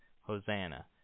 Hosanna